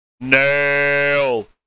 Nail